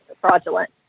fraudulent